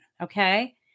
Okay